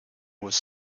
was